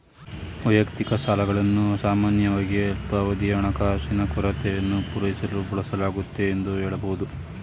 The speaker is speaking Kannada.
ವೈಯಕ್ತಿಕ ಸಾಲಗಳನ್ನು ಸಾಮಾನ್ಯವಾಗಿ ಅಲ್ಪಾವಧಿಯ ಹಣಕಾಸಿನ ಕೊರತೆಯನ್ನು ಪೂರೈಸಲು ಬಳಸಲಾಗುತ್ತೆ ಎಂದು ಹೇಳಬಹುದು